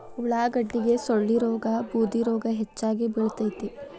ಉಳಾಗಡ್ಡಿಗೆ ಸೊಳ್ಳಿರೋಗಾ ಬೂದಿರೋಗಾ ಹೆಚ್ಚಾಗಿ ಬಿಳತೈತಿ